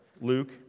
Luke